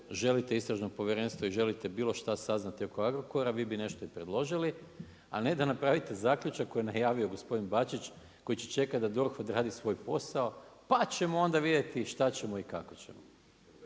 želite istražno povjerenstvo i želite bilo šta saznati oko Agrokora, vi bi nešto i preložite, a ne da napravite zaključak koji je najavio gospodin Bačić, koji će čekati da DORH odradi svoj posao pa ćemo onda vidjeti šta ćemo i kako ćemo.